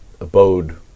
abode